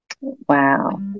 Wow